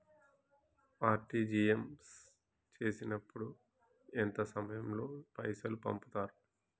RTGS చేసినప్పుడు ఎంత సమయం లో పైసలు పంపుతరు?